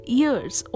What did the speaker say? years